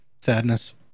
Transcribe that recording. Sadness